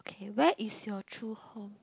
okay where is your true home